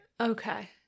Okay